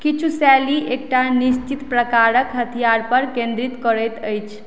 किछु शैली एकटा निश्चित प्रकारक हथियार पर केन्द्रित करैत अछि